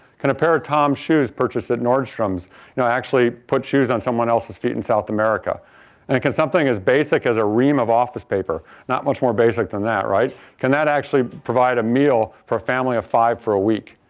can a pair of tom shoes purchased at nordstroms you know actually put shoes on someone else's feet in south america? and can something as basic as a ream of office paper, not much more basic than that, right? can that actually provide a meal for a family of five for a week?